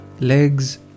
legs